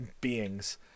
beings